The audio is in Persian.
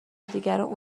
دیگران